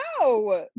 No